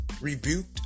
rebuked